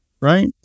right